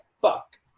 fuck